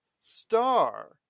star